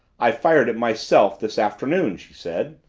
i fired it myself this afternoon, she said.